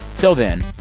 till then,